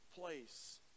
place